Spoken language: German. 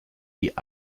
die